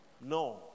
No